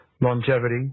longevity